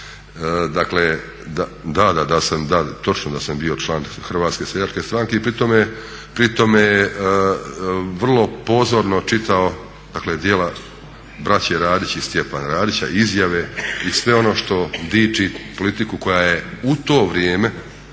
niti ću zatajiti, dakle da sam bio član HSS-a i pri tome vrlo pozorno čitao djela braće Radić i Stjepana Radića, izjave i sve ono što diči politiku koja je u to vrijeme